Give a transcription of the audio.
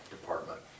department